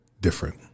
Different